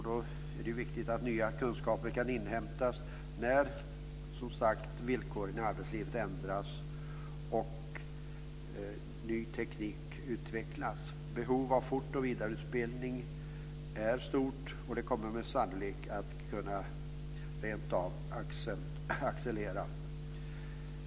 Det är viktigt att nya kunskaper kan inhämtas när villkoren i arbetslivet ändras och ny teknik utvecklas. Behovet av fortoch vidareutbildning är stort, och det kommer sannolikt rentav att kunna accelerera.